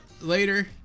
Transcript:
later